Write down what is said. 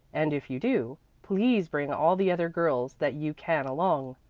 and if you do, please bring all the other girls that you can along.